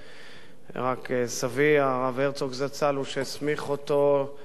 סבי, הרב הרצוג זצ"ל, הוא שהסמיך אותו לדיינות,